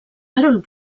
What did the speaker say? harold